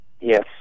yes